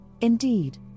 Indeed